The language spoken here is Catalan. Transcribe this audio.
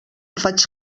faig